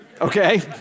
Okay